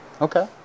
Okay